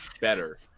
better